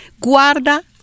guarda